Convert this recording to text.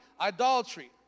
idolatry